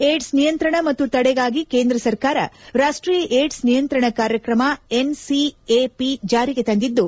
AIDS ನಿಯಂತ್ರಣ ಮತ್ತು ತಡೆಗಾಗಿ ಕೇಂದ್ರ ಸರ್ಕಾರ ರಾಷ್ಷೀಯ ಏಡ್ಸ್ ನಿಯಂತ್ರಣ ಕಾರ್ಯಕ್ರಮ ಎನ್ ಸಿ ಎ ಪಿ ಜಾರಿಗೆ ತಂದಿದ್ದು